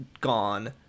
gone